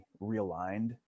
realigned